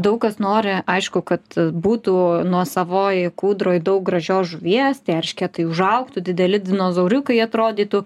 daug kas nori aišku kad būtų nuosavoj kūdroj daug gražios žuvies tie eršketai užaugtų dideli dinozauriukai atrodytų